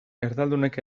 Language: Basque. erdaldunek